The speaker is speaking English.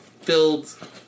filled